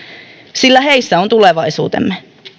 sillä heissä on tulevaisuutemme